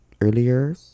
earlier